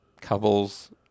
couples